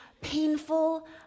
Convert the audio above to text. painful